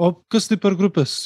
o kas tai per grupės